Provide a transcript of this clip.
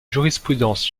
jurisprudence